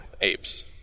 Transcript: apes